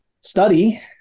study